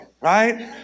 Right